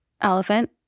elephant